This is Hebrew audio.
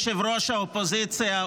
יושב-ראש האופוזיציה,